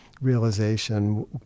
realization